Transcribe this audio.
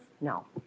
No